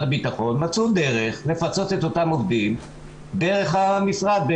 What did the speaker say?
הביטחון מצאו דרך לפצות את אותם עובדים דרך המשרד,